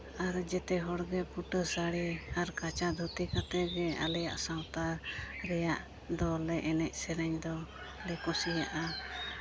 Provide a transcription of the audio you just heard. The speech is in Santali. ᱟᱨ ᱡᱮᱛᱮ ᱦᱚᱲᱜᱮ ᱯᱷᱩᱴᱟᱹ ᱥᱟᱹᱲᱤ ᱟᱨ ᱠᱟᱸᱪᱟ ᱫᱷᱩᱛᱤ ᱠᱟᱛᱮᱫ ᱜᱮ ᱟᱞᱮᱭᱟᱜ ᱥᱟᱶᱛᱟ ᱨᱮᱭᱟᱜ ᱫᱚᱞᱮ ᱮᱱᱮᱡ ᱥᱮᱨᱮᱧ ᱫᱚᱞᱮ ᱠᱩᱥᱤᱭᱟᱜᱼᱟ